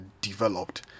developed